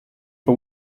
for